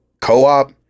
co-op